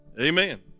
Amen